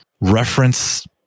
reference